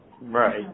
Right